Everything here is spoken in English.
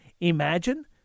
Imagine